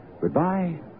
goodbye